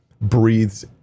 breathes